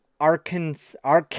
Arkansas